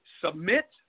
submit